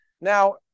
Now